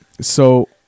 So-